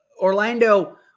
Orlando